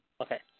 Okay